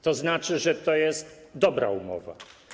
To znaczy, że to jest dobra umowa.